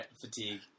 fatigue